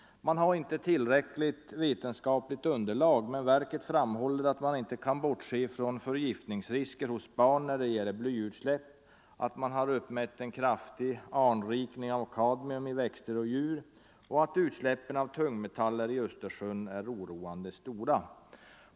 Det finns inte tillräckligt vetenskapligt underlag men verket framhåller, att man inte kan bortse från förgiftningsrisker hos barn när det gäller blyutsläpp, att man har uppmätt en kraftig anrikning av kadmium i växter och djur och att utsläppen av tungmetaller i Östersjön är oroande stora.